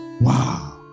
wow